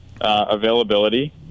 availability